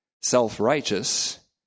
self-righteous